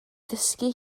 ddysgu